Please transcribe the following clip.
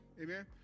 Amen